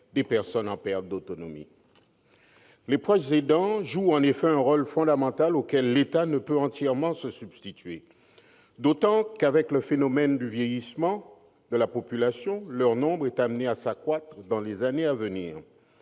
Les proches aidants jouent un rôle fondamental, que l'État ne peut entièrement assumer, d'autant moins que, avec le vieillissement de la population, leur nombre est amené à s'accroître dans les années à venir.